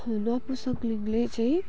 नपुंसकलिङ्गले चाहिँ